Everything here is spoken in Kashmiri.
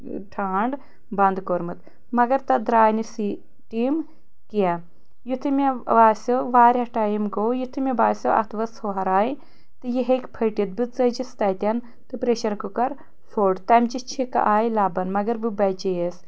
ٹھانٛڈ بَنٛد کوٚرمُت مگر تَتھ درٛاے نہٕ سیٹیٖم کیٚنٛہہ یُتھُے مے باسیو واریاہ ٹایِم گوو یُتھُے مے باسیو اَتھ وٕژھ ہوٚہراے تہٕ یہِ ہیکہِ پٕھٹِتھ بہٕ ژٕجِس تَتٮ۪ن تہٕ پرٛیشَر کُکَر پھوٚٹ تَمچہِ چِھکہٕ آے لَبَن مگر بہٕ بَچییَس